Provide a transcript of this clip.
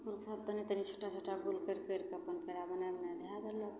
ओसब तनि तनि छोटा छोटा गोल करि करिके अपन पेड़ा बनै बनै धै देलक